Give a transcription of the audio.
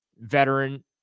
veteran